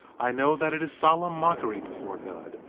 i know that it is solemn mockery before god,